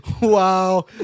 wow